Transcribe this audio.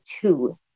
two